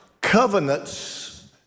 Covenants